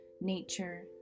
nature